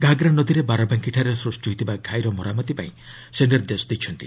ଘାଘରା ନଦୀରେ ବାରାବାଙ୍କିଠାରେ ସୃଷ୍ଟି ହୋଇଥିବା ଘାଇର ମରାମତି ପାଇଁ ସେ ନିର୍ଦ୍ଦେଶ ଦେଇଛନ୍ତି